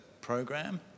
program